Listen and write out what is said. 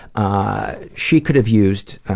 ah, she could have used,